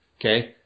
Okay